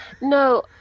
no